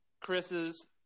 Chris's